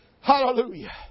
Hallelujah